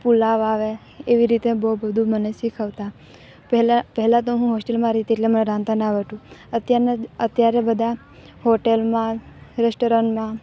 પુલાવ આવે એવી રીતે બહુ બધુ મને શીખવતા પહેલા પહેલા તો હું હોસ્ટેલમાં રહેતી એટલે મને રાંધતા ન આવડતું અત્યારના અત્યારે બધા હોટેલમાં રેસ્ટોરન્ટમાં